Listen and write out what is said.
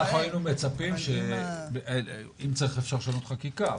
אם צריך אפשר לשנות חקיקה,